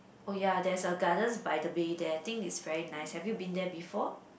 oh ya there's a Gardens-by-the-Bay there I think it's very nice have you been there before